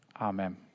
amen